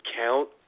count